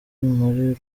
muri